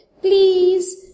Please